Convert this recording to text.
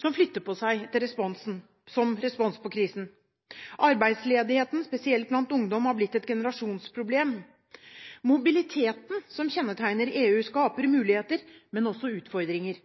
som flytter på seg som respons på krisen. Arbeidsledighet, spesielt blant ungdom, har blitt et generasjonsproblem. Mobiliteten som kjennetegner EU, skaper muligheter, men også utfordringer.